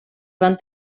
van